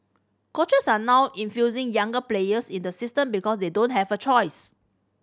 coaches are now infusing younger players in the system because they don't have a choice